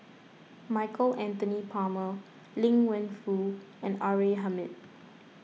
Michael Anthony Palmer Liang Wenfu and R A Hamid